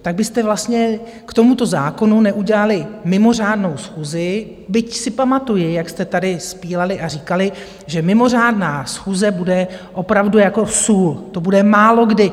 Tak byste vlastně k tomuto zákonu neudělali mimořádnou schůzi, byť si pamatuji, jak jste tady spílali a říkali, že mimořádná schůze bude opravdu jako sůl, to bude málokdy.